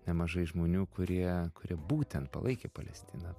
nemažai žmonių kurie kurie būtent palaikė palestiną